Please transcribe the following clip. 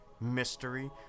mystery